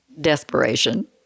Desperation